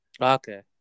Okay